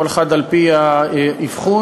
כל אחד על-פי האבחון,